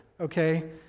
okay